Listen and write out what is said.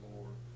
Lord